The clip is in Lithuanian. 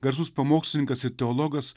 garsus pamokslininkas ir teologas